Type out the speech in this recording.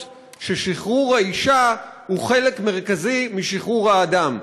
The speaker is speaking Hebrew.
ששחרור האישה הוא חלק מרכזי משחרור האדם,